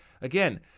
Again